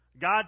God